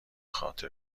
خاطر